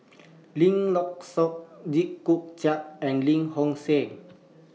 Lim Lock Suan Jit Koon Ch'ng and Lim Home Siew